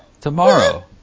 tomorrow